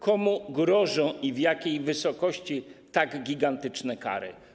Komu grożą - i w jakiej wysokości - tak gigantyczne kary?